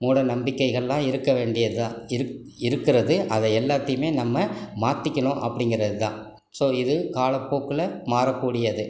மூட நம்பிக்கைகள்லாம் இருக்க வேண்டியதுதான் இருக் இருக்கிறது அதை எல்லாத்தையுமே நம்ம மாற்றிக்கணும் அப்படிங்கறதுதான் ஸோ இது காலப்போக்கில் மாறக்கூடியது